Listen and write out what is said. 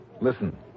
Listen